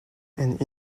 and